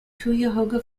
cuyahoga